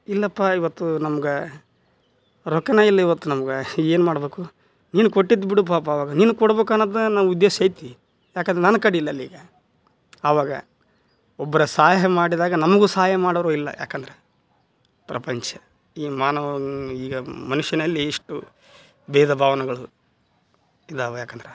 ಇಲ್ಲಪ್ಪ ಇವತ್ತು ನಮ್ಗೆ ರೊಕ್ಕವೇ ಇಲ್ಲ ಇವತ್ತು ನಮ್ಗೆ ಏನು ಮಾಡಬೇಕು ನೀನು ಕೊಟ್ಟಿದ್ದು ಬಿಡು ಪಾಪ ಅವಾಗ ನಿನಗೆ ಕೊಡ್ಬೇಕು ಅನ್ನೋದು ನನ್ನ ಉದ್ದೇಶ ಐತಿ ಯಾಕಂದ್ರೆ ನನ್ನ ಕಡೆ ಇಲ್ಲಲ್ಲ ಈಗ ಆವಾಗ ಒಬ್ರು ಸಹಾಯ ಮಾಡಿದಾಗ ನಮಗೂ ಸಹಾಯ ಮಾಡೋರು ಇಲ್ಲ ಯಾಕಂದ್ರೆ ಪ್ರಪಂಚ ಈ ಮಾನವನ ಈಗ ಮನುಷ್ಯನಲ್ಲಿ ಇಷ್ಟು ಬೇಧ ಭಾವನೆಗಳು ಇದಾವ ಯಾಕಂದ್ರೆ